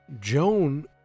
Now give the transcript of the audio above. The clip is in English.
Joan